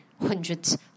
hundreds